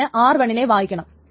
അതിന് r1 നെ വായിക്കണം